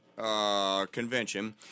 Convention